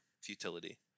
futility